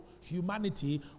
humanity